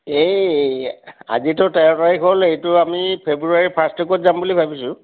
এই আজিতো তেৰ তাৰিখ হ'ল এইটো আমি ফ্ৰেব্ৰুৱাৰী ফাৰ্ষ্ট উইকত যাম বুলি ভাবিছোঁ